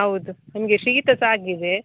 ಹೌದು ನಮಗೆ ಶೀತ ಸಹ ಆಗಿದೆ